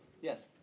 Yes